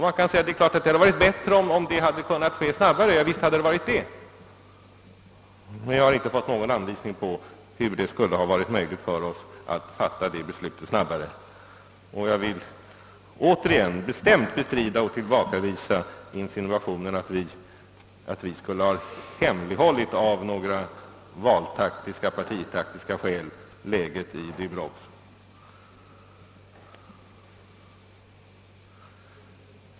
Man kan naturligtvis säga att det hade varit bättre om det skett snabbare, men jag har inte fått någon anvisning om hur det skulle ha varit möjligt för oss att fatta beslutet tidigare. Återigen vill jag bestämt tillbakavisa insinuationerna att vi av några valeller partitaktiska skäl skulle ha hemlighållit läget i Durox.